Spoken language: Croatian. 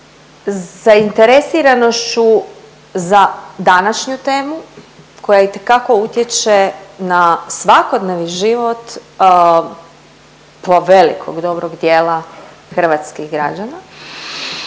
Zainteresiranošću za današnju temu koja itekako utječe na svakodnevni život i to velikog dobrog dijela hrvatskih građana